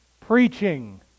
preaching